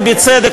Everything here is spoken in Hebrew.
בצדק,